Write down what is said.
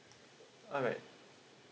alright